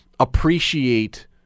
appreciate